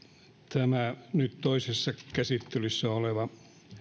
tämä nyt toisessa käsittelyssä oleva